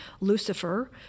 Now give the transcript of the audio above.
Lucifer